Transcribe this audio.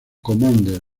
commander